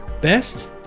Best